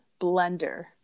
blender